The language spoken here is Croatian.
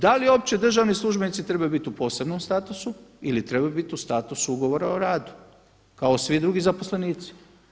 Da li uopće državni službenici trebaju biti u posebnom statusu ili trebaju biti u statusu ugovora o radu kao i svi drugi zaposlenici?